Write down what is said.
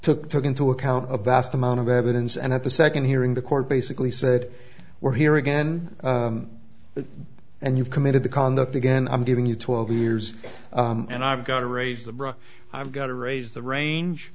took took into account a vast amount of evidence and at the second hearing the court basically said we're here again and you've committed the con that the again i'm giving you twelve years and i've got to raise the bra i've got to raise the range